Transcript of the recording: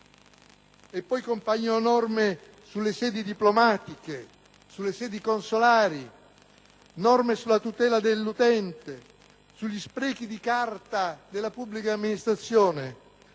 inoltre, norme sulle sedi diplomatiche e consolari, norme sulla tutela dell'utente, sugli sprechi di carta nella pubblica amministrazione,